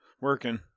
working